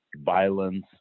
violence